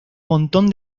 montón